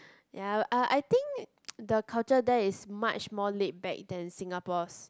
ya I I think the culture there is much more laid back than Singapore's